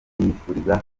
yifuriza